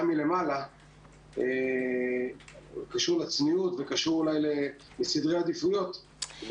מלמעלה שקשורה לצניעות ואולי לסדרי עדיפויות,